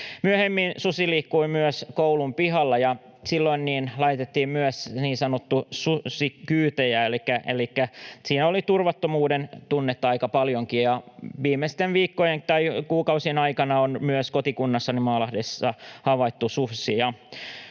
Myöhemmin susi liikkui myös koulun pihalla, ja silloin laitettiin myös niin sanottuja susikyytejä. Elikkä siinä oli turvattomuuden tunnetta aika paljonkin. Viimeisten viikkojen tai kuukausien aikana on myös kotikunnassani Maalahdessa havaittu susia.